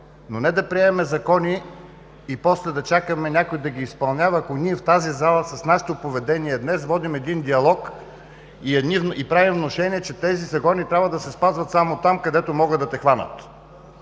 но не да приемаме закони и после да чакаме някой да ги изпълнява. Ако ние в тази зала с нашето поведение днес водим един диалог и правим внушения, че тези закони трябва да се спазват само там, където могат да те хванат